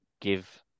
give